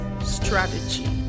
strategy